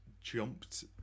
jumped